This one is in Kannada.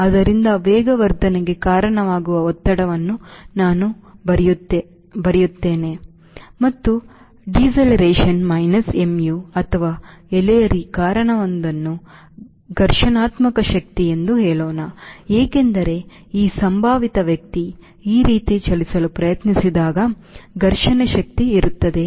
ಆದ್ದರಿಂದ ವೇಗವರ್ಧನೆಗೆ ಕಾರಣವಾಗುವ ಒತ್ತಡವನ್ನು ನಾವು ಏನು ಬರೆಯಬೇಕು ಮತ್ತು deceleration minus mu ಅಥವಾ ಎಳೆಯಿರಿ ಕಾರಣವಾಗುವುದನ್ನು ಘರ್ಷಣಾತ್ಮಕ ಶಕ್ತಿ ಎಂದು ಹೇಳೋಣ ಏಕೆಂದರೆ ಈ ಸಂಭಾವಿತ ವ್ಯಕ್ತಿ ಈ ರೀತಿ ಚಲಿಸಲು ಪ್ರಯತ್ನಿಸುತ್ತಿರುವಾಗ ಘರ್ಷಣೆ ಶಕ್ತಿ ಇರುತ್ತದೆ